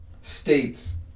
states